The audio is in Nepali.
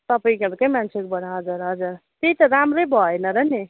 तपाईँहरूकै मान्छेहरूबाट हजुर हजुर त्यही त राम्रै भएन र नि